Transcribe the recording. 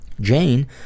Jane